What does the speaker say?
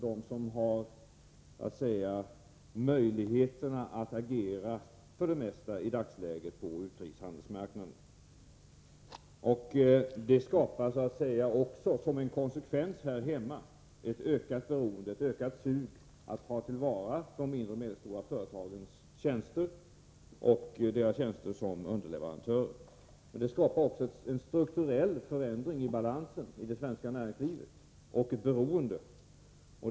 De har för det mesta möjligheter att i dagsläget agera på utrikeshandelsmarknaden. Det skapar ett sug att ta till vara de mindre och medelstora företagens tjänster som underleverantörer. Det skapar också en strukturell förändring i balansen inom det svenska näringslivet och ett beroende.